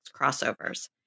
crossovers